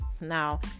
now